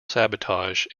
sabotage